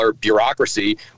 bureaucracy